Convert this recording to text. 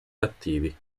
cattivi